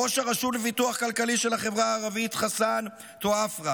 ראש הרשות לפיתוח כלכלי של החברה הערבית חסאן טואפרה